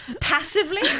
passively